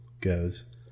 goes